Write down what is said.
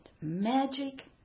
magic